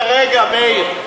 כרגע, מאיר.